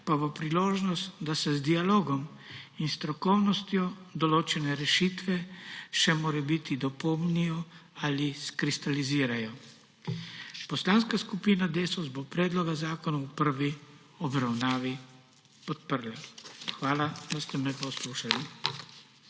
pa bo priložnost, da se z dialogom in s strokovnostjo določene rešitve morebiti še dopolnijo ali izkristalizirajo. Poslanska skupina Desus bo predloga zakonov v prvi obravnavi podprla. Hvala, da ste me poslušali.